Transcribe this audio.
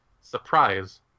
Surprise